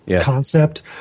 concept